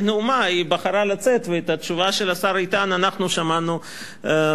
נאומה היא בחרה לצאת ואת התשובה של השר איתן אנחנו שמענו במקומה.